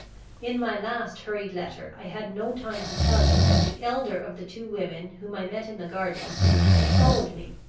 in my last hurried letter i had no time to tell you that the elder of the two women whom i met in the gardens had followed me,